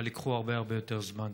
אבל ייקחו הרבה הרבה יותר זמן.